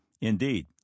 Indeed